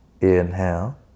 inhale